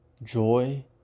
Joy